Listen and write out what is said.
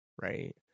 Right